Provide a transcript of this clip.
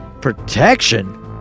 Protection